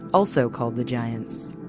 also called the giants.